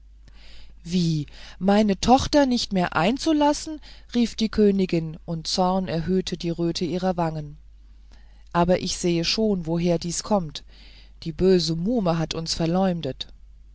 wie meine tochter nicht mehr einzulassen rief die königin und zorn erhöhte die röte ihrer wangen aber ich sehe schon woher dies kommt die böse muhme hat uns verleumdet